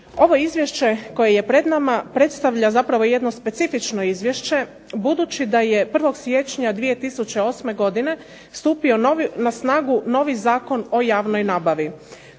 Ovo izvješće koje je pred nama predstavlja zapravo jedno specifično izvješće budući da je 1. siječnja 2008. godine stupio na snagu novi Zakon o javnoj nabavi.